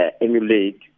emulate